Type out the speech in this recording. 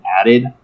added